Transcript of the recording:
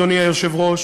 אדוני היושב-ראש,